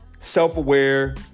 self-aware